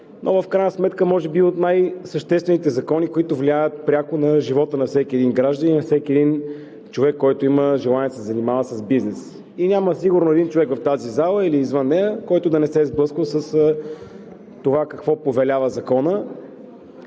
но в крайна сметка може би е от най-съществените закони, които влияят пряко на живота на всеки един гражданин, на всеки един човек, който има желание да се занимава с бизнес. И сигурно няма един човек в тази зала или извън нея, който да не се е сблъсквал с това какво повелява Законът.